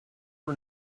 for